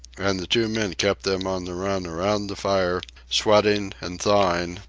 and the two men kept them on the run around the fire, sweating and thawing,